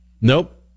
Nope